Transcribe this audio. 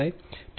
033 p